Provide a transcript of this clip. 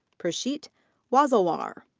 preshit wazalwar.